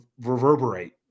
reverberate